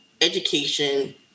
education